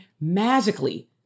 magically